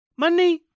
Money